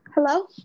Hello